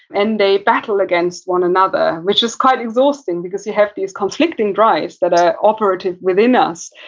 and they battle against one another, which is quite exhausting because you have these conflicting drives that are operative within us,